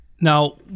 Now